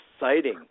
exciting